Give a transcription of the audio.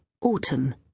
Autumn